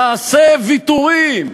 תעשה ויתורים,